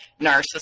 narcissist